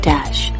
Dash